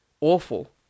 awful